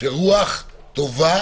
שרוח טובה